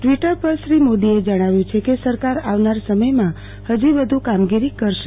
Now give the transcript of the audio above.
Twitter પર શ્રી મોદીએ જણાવ્યુ છે કે સરકાર આવનાર સમયમાં હજી વધુ કામગીરી કરશે